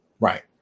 Right